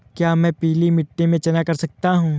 क्या मैं पीली मिट्टी में चना कर सकता हूँ?